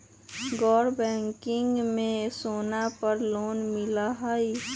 गैर बैंकिंग में सोना पर लोन मिलहई?